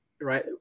right